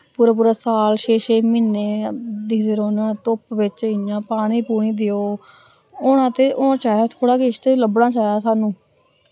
पूरा पूरा साल छे छे म्हीने दिखदे रौंह्ने होन्ने धुप्प बिच्च इ'यां पानी पुनी देओ होना ते होना चाहिदा थोह्ड़ा किश ते लभना चाहिदा सानू